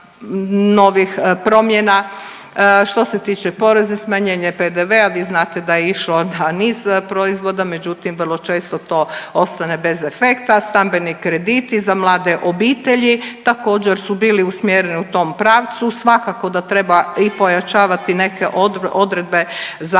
Što se tiče porezne, smanjenje PDV-a, vi znate da je išlo na niz proizvoda, međutim vrlo često to ostane bez efekta. Stambeni krediti za mlade obitelji također su bili usmjereni u tom pravcu, svakako da treba i pojačavati neke odredbe